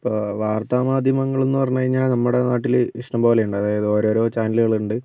ഇപ്പം വാർത്തമാധ്യമങ്ങളെന്ന് പറഞ്ഞു കഴിഞ്ഞാൽ നമ്മുടെ നാട്ടിൽ ഇഷ്ടം പോലെയുണ്ട് അതായത് ഓരോരോ ചാനലുകളുണ്ട്